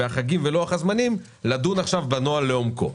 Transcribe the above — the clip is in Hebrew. החגים ולוח הזמנים לדון בנוהל לעומקו.